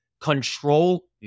control